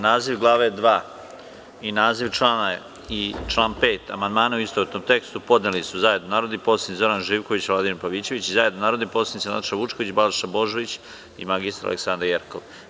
Na naziv glave II i naziv člana i član 5. amandmane, u istovetnom tekstu, podneli su zajedno narodni poslanici Zoran Živković i Vladimir Pavićević i zajedno narodni poslanici Nataša Vučković, Balša Božović i mg Aleksandra Jerkov.